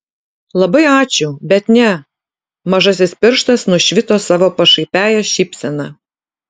labai ačiū bet ne mažasis pirštas nušvito savo pašaipiąja šypsena